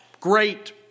great